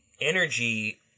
energy